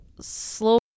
slow